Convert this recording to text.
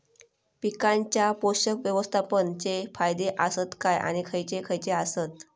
पीकांच्या पोषक व्यवस्थापन चे फायदे आसत काय आणि खैयचे खैयचे आसत?